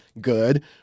good